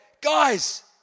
guys